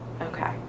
Okay